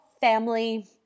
family